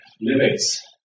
limits